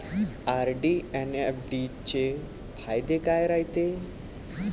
RD अन FD चे फायदे काय रायते?